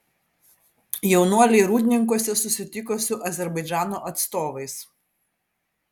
jaunuoliai rūdninkuose susitiko su azerbaidžano atstovais